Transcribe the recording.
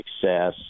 success